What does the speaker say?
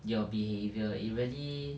your behaviour it really